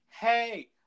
Hey